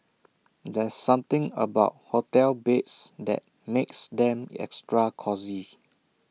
there's something about hotel beds that makes them extra cosy